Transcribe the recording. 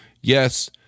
Yes